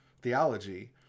theology